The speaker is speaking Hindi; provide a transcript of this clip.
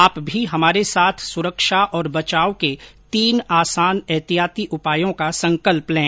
आप भी हमारे साथ सुरक्षा और बचाव के तीन आसान एहतियाती उपायों का संकल्प लें